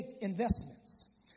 investments